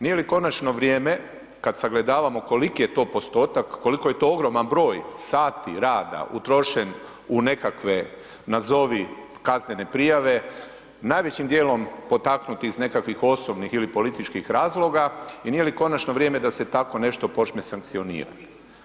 Nije li konačno vrijeme kad sagledavamo koliki je to postotak, koliko je to ogroman broj sati rada utrošen u nekakve nazovi kaznene prijave, najvećim djelom potaknuti iz nekakvih osobnih ili političkih razloga i nije li konačno vrijeme da se takvo nešto počne sankcionirati?